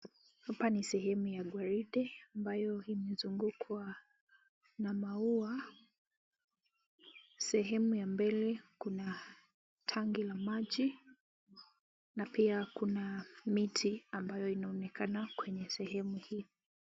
Hapa ni sehemu ya gwaride ambayo imezungukwa na maua. Sehemu ya mbele kuna tanki la maji na pia kuna miti ambayo inaonekana kwenye sehemu hii.